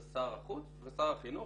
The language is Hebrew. זה שר החוץ ושר החינוך.